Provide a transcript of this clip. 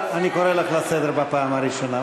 אני קורא אותך לסדר בפעם הראשונה.